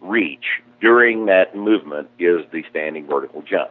reach during that movement is the standing vertical jump.